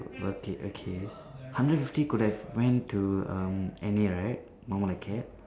okay okay hundred fifty could have went to um any right normal acad